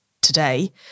today